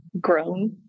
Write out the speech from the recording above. grown